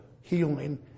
healing